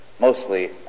mostly